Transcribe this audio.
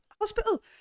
hospital